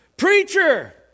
Preacher